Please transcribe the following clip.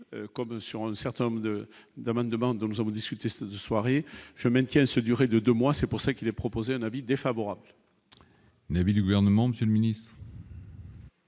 comme sur un certain nombre de domaines, amendements, nous avons discuté ce soir et je maintiens ce durée de 2 mois, c'est pour ça qu'il est proposé un avis défavorable. Nabil du gouvernement Monsieur le Ministre.